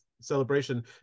celebration